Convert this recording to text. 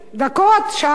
שעה וחצי,